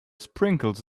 sprinkles